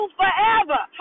forever